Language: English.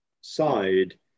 side